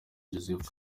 joseph